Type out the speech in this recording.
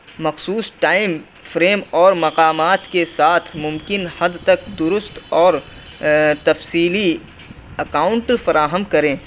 مخصوص time frame اور مقامات کے ساتھ ممکن حد تک درست اور تفصیلی اکاؤنٹ فراہم کریں